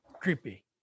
creepy